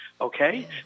Okay